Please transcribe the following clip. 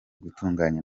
gutunganya